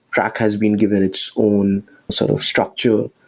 track has been given its own sort of structure.